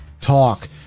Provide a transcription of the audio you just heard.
talk